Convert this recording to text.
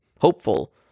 hopeful